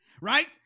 right